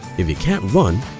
if you can't run,